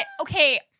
okay